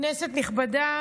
כנסת נכבדה,